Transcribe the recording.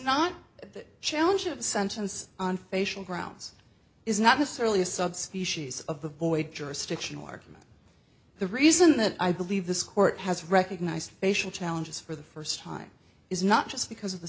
not the challenge of the sentence on facial grounds is not necessarily a subspecies of the void jurisdictional argument the reason that i believe this court has recognized facial challenges for the first time is not just because of the